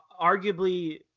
arguably